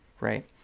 right